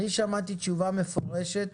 שמעתי תשובה מפורשת